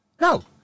No